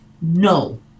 no